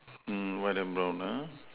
mm white and brown uh